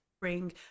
bring